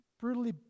brutally